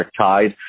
tied